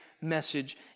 message